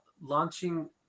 launching